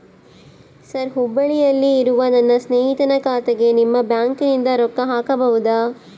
Sir ಹುಬ್ಬಳ್ಳಿಯಲ್ಲಿ ಇರುವ ನನ್ನ ಸ್ನೇಹಿತನ ಖಾತೆಗೆ ನಿಮ್ಮ ಬ್ಯಾಂಕಿನಿಂದ ರೊಕ್ಕ ಹಾಕಬಹುದಾ?